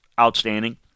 outstanding